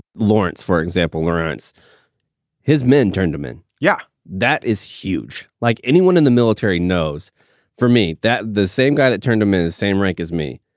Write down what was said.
lawrence, for example. lawrence his men turned him in. yeah, that is huge. like anyone in the military knows for me that the same guy that turned him in the same rank as me.